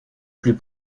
plus